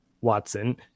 watson